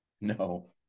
No